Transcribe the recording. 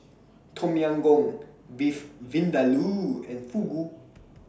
Tom Yam Goong Beef Vindaloo and Fugu